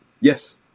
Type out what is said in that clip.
Yes